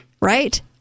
Right